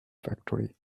factory